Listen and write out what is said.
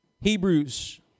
Hebrews